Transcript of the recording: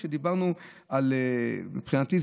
מבחינתי,